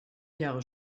jahre